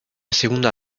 segunda